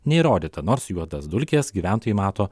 neįrodyta nors juodas dulkes gyventojai mato